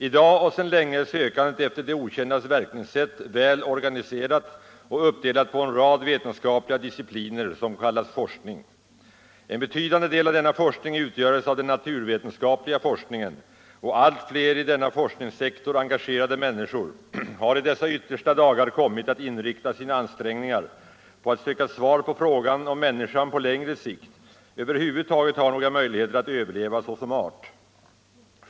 I dag och sedan länge är sökandet efter det okändas verkningssätt väl organiserat och uppdelat på en rad vetenskapliga discipliner och kallas forskning. En betydande del av denna forskning utgöres av den naturvetenskapliga forskningen och allt fler i denna forskningssektor engagerade människor har i dessa yttersta dagar kommit att inrikta sina ansträngningar på att söka svar på frågan om människan på längre sikt över huvud taget har några möjligheter att överleva såsom art.